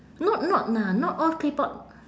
not not lah not all claypot